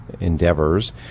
endeavors